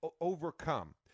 overcome